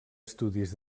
estudis